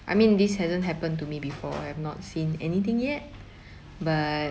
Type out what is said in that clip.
I mean this hasn't happened to me before I have not seen anything yet but